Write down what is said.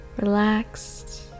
relaxed